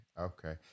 Okay